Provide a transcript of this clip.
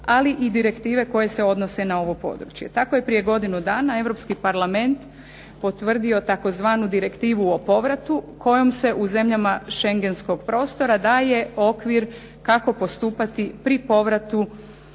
ali i direktive koje se odnose na ovo područje. Tako je prije godinu dana Europski parlament potvrdio tzv. Direktivu o povratu kojom se u zemljama šengenskog prostora daje okvir kako postupati pri povratu